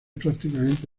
prácticamente